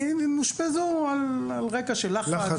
הן אושפזו על רקע של לחץ.